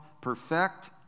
perfect